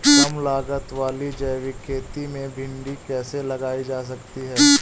कम लागत वाली जैविक खेती में भिंडी कैसे लगाई जा सकती है?